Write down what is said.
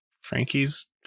Frankie's